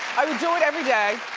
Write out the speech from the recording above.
i would do it every day